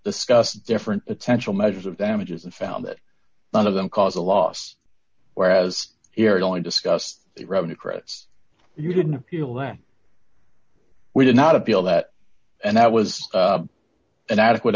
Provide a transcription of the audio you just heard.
discuss different potential measures of damages and found that none of them cause a loss whereas here it only discussed revenue credits you didn't appeal that we did not appeal that and that was an adequate